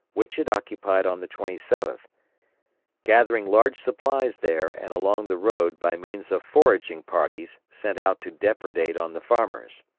which it occupied on the twenty seventh gathering large supplies there and along the road by means of foraging parties sent out to depredate on the farmers.